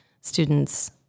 students